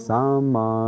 Sama